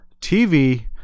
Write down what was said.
TV